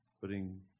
putting